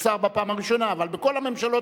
הוא שר בפעם הראשונה אבל בכל הממשלות